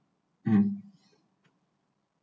mm